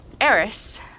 Eris